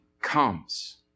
comes